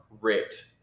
ripped